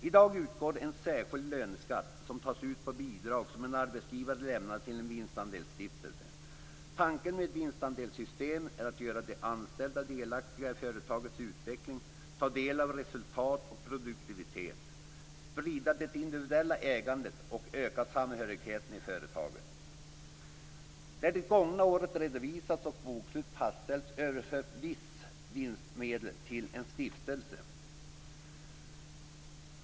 I dag utgår en särskild löneskatt som tas ut på bidag som en arbetsgivare lämnar till en vinstandelsstiftelse. Tanken med vinstandelssystem är att göra de anställda delaktiga i företagets utveckling, ta del av resultat och produktivitet, sprida det individuella ägandet och öka samhörigheten i företaget. När det gångna året redovisats och bokslut fastställts överförs vissa vinstmedel till en stiftelse.